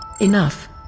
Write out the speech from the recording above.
enough